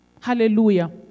Hallelujah